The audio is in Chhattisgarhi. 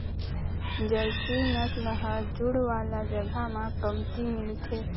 जरसी नसल ह जूड़ वाला जघा म कमती मिलथे